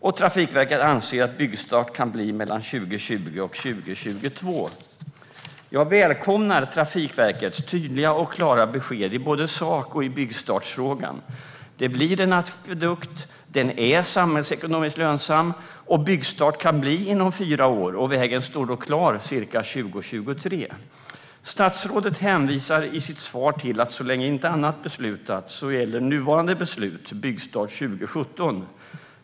Och Trafikverket anser att byggstart kan bli mellan 2020 och 2022. Jag välkomnar Trafikverkets tydliga och klara besked i både sak och byggstartsfrågan. Det blir en akvedukt, den är samhällsekonomiskt lönsam och byggstart kan bli inom fyra år. Vägen står då klar ca 2023. Statsrådet hänvisade i sitt svar till att så länge inte annat beslutats gäller nuvarande beslut, nämligen byggstart 2017.